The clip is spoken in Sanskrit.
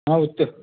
हा उच्यत